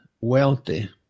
wealthy